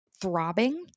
throbbing